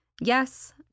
Yes